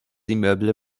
immeubles